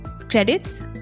Credits